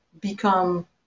become